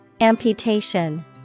Amputation